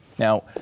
Now